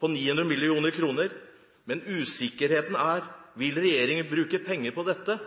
på 900 mill. kr. Men usikkerheten er: Vil regjeringen bruke penger på dette?